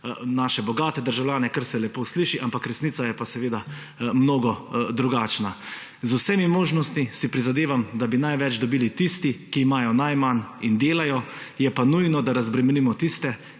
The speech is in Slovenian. naše bogate državljane, se lepo sliši, ampak resnica je seveda mnogo drugačna. Z vsemi možnostmi si prizadevam, da bi največ dobili tisti, ki imajo najmanj in delajo, je pa nujno, da razbremenimo tiste,